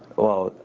well,